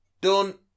done